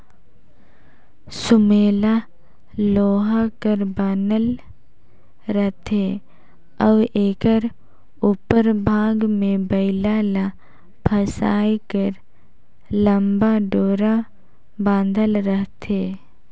सुमेला लोहा कर बनल रहथे अउ एकर उपर भाग मे बइला ल फसाए बर लम्मा डोरा बंधाए रहथे